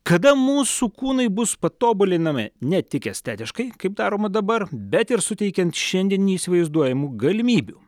kada mūsų kūnai bus patobulinami ne tik estetiškai kaip daroma dabar bet ir suteikiant šiandien neįsivaizduojamų galimybių